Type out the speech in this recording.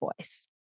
voice